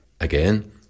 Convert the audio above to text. Again